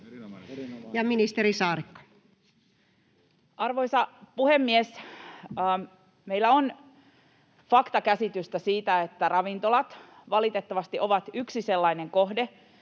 Content: Arvoisa puhemies! Meillä on faktakäsitystä siitä, että ravintolat valitettavasti ovat yksi sellainen kohde,